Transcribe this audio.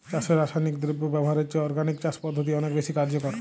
চাষে রাসায়নিক দ্রব্য ব্যবহারের চেয়ে অর্গানিক চাষ পদ্ধতি অনেক বেশি কার্যকর